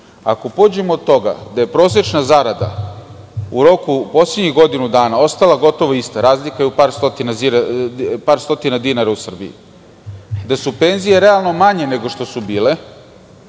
Ako pođemo od toga da je prosečna zarada poslednjih godinu dana ostala gotovo ista, razlika je u par stotina dinara u Srbiji, gde su penzije realno manje nego što su bile,